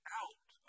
out